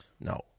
No